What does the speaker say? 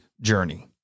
journey